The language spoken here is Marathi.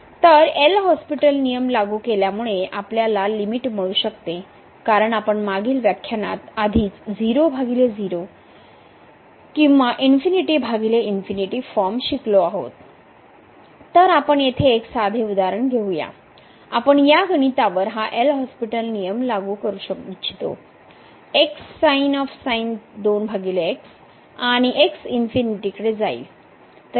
तर एल हॉस्पिटल नियम लागू केल्यामुळे आपल्याला लिमिट मिळू शकते कारण आपण मागील व्याख्यानात आधीच 00 किंवा ∞∞ फॉर्म शिकलो आहोत तर आपण येथे एक साधे उदाहरण घेऊया आपण या गणितावर हा एल हॉस्पिटल नियम लागू करू इच्छितो आणि x इन्फिनिटी कडे जाईल